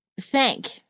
thank